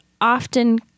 often